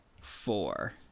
four